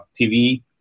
TV